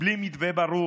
בלי מתווה ברור.